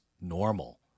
normal